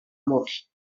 murs